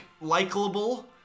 likable